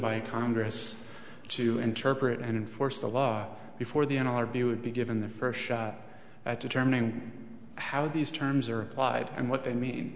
by congress to interpret and enforce the law before the n l r b would be given the first shot at determining how these terms are applied and what they mean